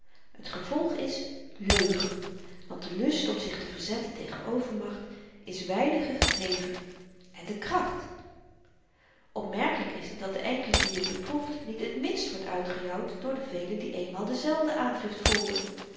t gevolg is leugen want de lust om zich te verzetten tegen overmacht is weinigen gegeven en de kracht opmerkelyk is t dat de enkele die dit beproeft niet het minst wordt uitgejouwd door de velen die eenmaal dezelfde aandrift voelden